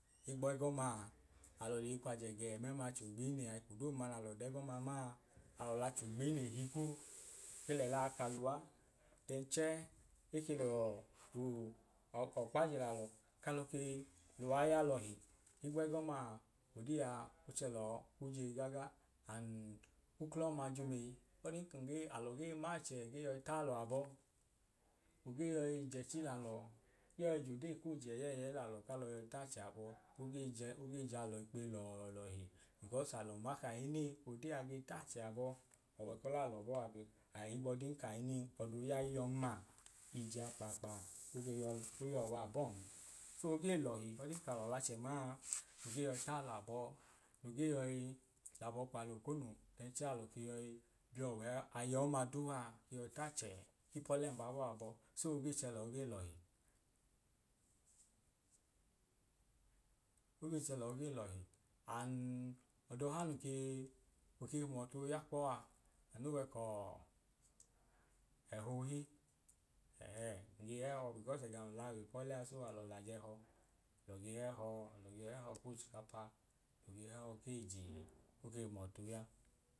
Higboẹ gọ maa alọ leyi kw’ajẹ gẹẹẹ mẹml’acho gbiine eko dooduma nalọ l’ọda ẹgọma maa alọ l’acho gbiine higwu ke lelaa ka luwa then chẹẹ eke lọọ uu ọkpa je lalọ kalọ ke luwa ya lọhi, higb’ẹgọmaa odee aa oche lọọ ku jeyi gaga and uklọ ọma jumeyi ọdin kun gee alọ gee maachẹ gee yọi taalọ abọ no ge yọi jẹchi lalọọ ge yọi jodee ko je ẹyẹyẹi lalọ kalọ yọi taachẹ abọ oge jẹ ogee jalọ ikpeyi lọọ lọhi because alọ ma kahinii odeea ge tachẹ abọ ọwẹ k’ọlaalọ bọọ a bọ ohigbọdin kahinin ọdoya iyọn ma ije a kpaakpa oge yọ oyọ wa bọn, so ogee lọhi ọdin kalọ l’achẹ maa no ge yọi taalọ abọ no ge yọi labọ kw’alọ okonu then chẹẹ alọ ke yọi biọ wẹ aya ọma duu aa ke yọi t’achẹ k’ipọle mbabọọ a abọ so ogee chọ lọọ ge lọhi ogee chẹ lọọ gee lọhi and ọdọha nun ge no ke hum ọtuo ya kpọ aa anu we kọọ ehọ ohi ehee nge hẹhọ because ẹgẹ nun laa lipọlẹ a so alọ l’ajẹhọ alọ ge hẹhọ nge hẹhọ k’ochikapa, nge hẹhọ ke eje oge hum ọtu oya